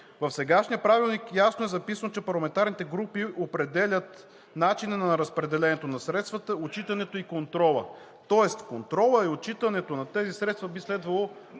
В сегашния правилник ясно е записано, че парламентарните групи определят начина на разпределението на средствата, отчитането и контрола. Тоест контролът и отчитането на тези средства би следвало